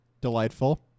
Delightful